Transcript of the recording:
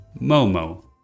Momo